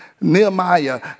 Nehemiah